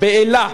באילת,